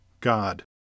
God